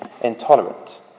intolerant